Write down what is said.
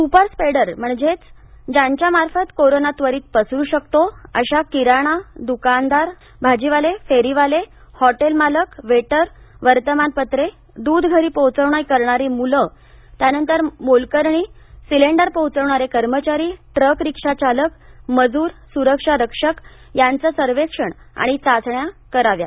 super spreader म्हणजेच ज्यांच्यामार्फत corona त्वरित पसरू शकतो अशा किराणा द्कानदार भाजीवाले फेरीवाले हॉटेल मालक वेटर वर्तमानपत्रे दूध घरपोच करणारी मुलं मोलकरणी सिलेंडर पोहोचवणारे कर्मचारी ट्रक रिक्षा चालक मजूर सुरक्षारक्षक यांचं सर्वेक्षण आणि चाचण्या कराव्यात